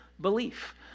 belief